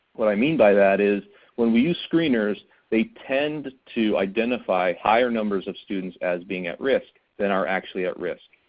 what i mean by that is when we use screeners they tend to identify higher numbers of students as being at risk than are actually at risk.